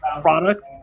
product